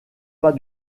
pas